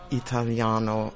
italiano